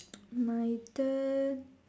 my turn